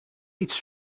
iets